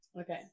Okay